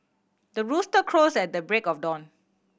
the rooster crows at the break of dawn